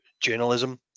journalism